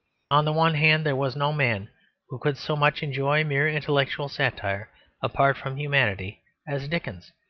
on the one hand there was no man who could so much enjoy mere intellectual satire apart from humanity as dickens.